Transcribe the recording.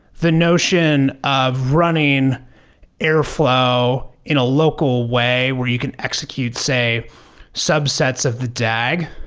the notion of running airflow in a local way where you can execute, say subsets of the dag,